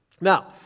Now